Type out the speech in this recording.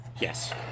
Yes